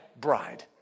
bride